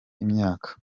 imyaka